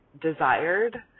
desired